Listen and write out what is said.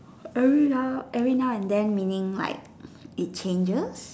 every now and then meaning like it changes